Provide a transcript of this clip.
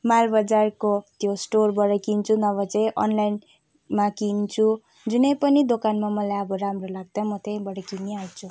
माल मजारको त्यो स्टोरबाट किन्छु नभए चाहिँ अनलाइनमा किन्छु जुनैपनि दोकानमा मलाई अब राम्रो लाग्दा म त्यहीँबाट किनिहाल्छु